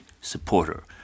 supporter